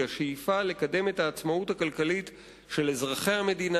השאיפה לקדם את העצמאות הכלכלית של אזרחי המדינה,